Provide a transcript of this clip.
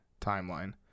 timeline